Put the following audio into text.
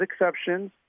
exceptions